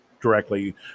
directly